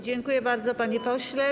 Dziękuję bardzo, panie pośle.